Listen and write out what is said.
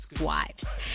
Wives